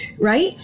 right